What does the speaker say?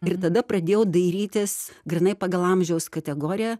ir tada pradėjau dairytis grynai pagal amžiaus kategoriją